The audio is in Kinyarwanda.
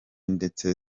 ndetse